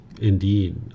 Indeed